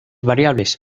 variables